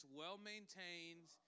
well-maintained